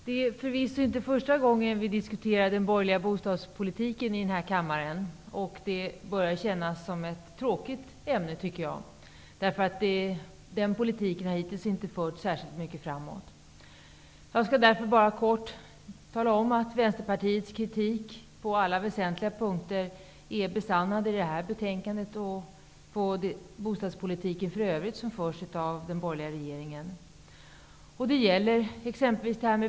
Herr talman! Det är förvisso inte första gången som vi diskuterar den borgerliga bostadspolitiken i denna kammare. Det börjar kännas som ett tråkigt ämne, tycker jag, därför att den politiken hittills inte förts särskilt mycket framåt. Jag skall därför bara kort tala om att Vänsterpartiets kritik på alla väsentliga punkter blivit besannad i detta betänkande och i den bostadspolitik för övrigt som förs av den borgerliga regeringen.